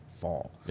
fall